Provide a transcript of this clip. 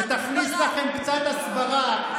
שתכניס לכם קצת הסברה,